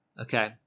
okay